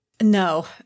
no